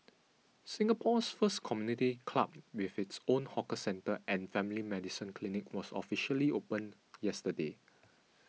Singapore's first community club with its own hawker centre and family medicine clinic was officially opened yesterday